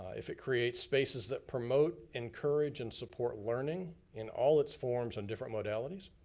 if it creates spaces that promote, encourage and support learning in all its forms and different modalities.